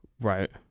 right